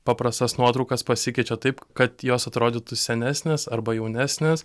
paprastas nuotraukas pasikeičia taip kad jos atrodytų senesnės arba jaunesnės